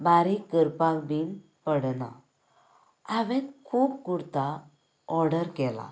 बारीक करपाक बीन पडना हांवेन खूब कुर्ता ऑर्डर केला